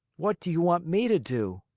what do you want me to do?